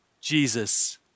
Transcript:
Jesus